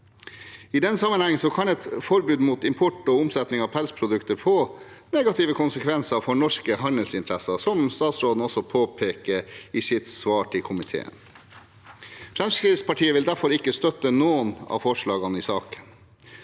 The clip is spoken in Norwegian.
I den sammenhengen kan et forbud mot import og omsetning av pelsprodukter få negative konsekvenser for norske handelsinteresser, som statsråden også påpeker i sitt svar til komiteen. Fremskrittspartiet vil derfor ikke støtte noen av forslagene i saken.